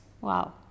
Wow